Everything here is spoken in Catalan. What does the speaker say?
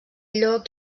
lloc